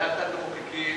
לאט-לאט מחוקקים,